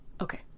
okay